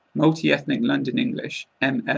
multi-ethnic london english and